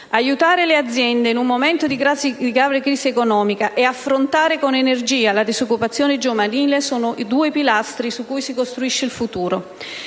Aiutare le aziende in un momento di grave crisi economica e affrontare con energia la disoccupazione giovanile sono i due pilastri su cui si costruisce il futuro.